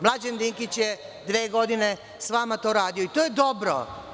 Mlađan Dinkić je dve godine sa vama to radio i to je dobro.